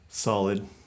Solid